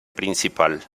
principal